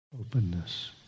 openness